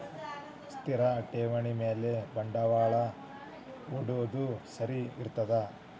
ಸ್ಥಿರ ಠೇವಣಿ ಮ್ಯಾಲೆ ಬಂಡವಾಳಾ ಹೂಡೋದು ಸರಿ ಇರ್ತದಾ?